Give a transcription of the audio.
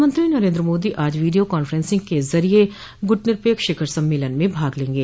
प्रधानमंत्री नरेन्द्र मोदी आज video conferencing के जरिए गुटनिरपेक्ष शिखर सम्मेलन में भाग लेंगे